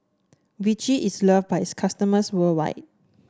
Vichy is loved by its customers worldwide